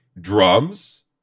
drums